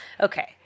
Okay